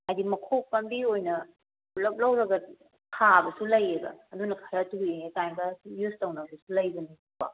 ꯍꯥꯏꯗꯤ ꯃꯈꯣꯛ ꯄꯥꯝꯕꯤ ꯑꯣꯏꯅ ꯄꯨꯂꯞ ꯂꯧꯔꯒ ꯊꯥꯕꯁꯨ ꯂꯩꯌꯦꯕ ꯑꯗꯨꯅ ꯈꯔ ꯊꯨꯏꯌꯦ ꯀꯥꯏꯅꯒ ꯌꯨꯁ ꯇꯧꯅꯕꯁꯨ ꯂꯩꯕꯅꯦꯕꯀꯣ